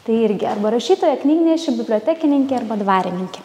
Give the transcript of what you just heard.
tai irgi arba rašytoja knygnešė bibliotekininkė arba dvarininkė